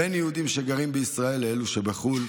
בין יהודים שגרים בישראל לאלו שבחו"ל.